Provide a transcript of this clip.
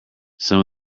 some